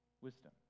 wisdom